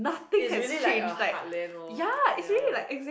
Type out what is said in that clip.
is really like a Heartland lor